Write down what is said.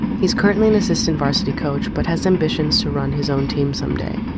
he's currently an assistant varsity coach, but has ambitions to run his own team someday.